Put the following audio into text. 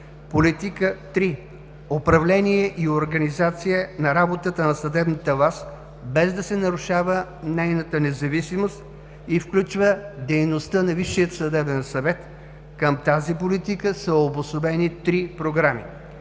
Политика 3: управление и организация на работата на съдебната власт без да се нарушава нейната независимост и включва дейността на Висшия съдебен съвет. Към тази политика са обособени три програми.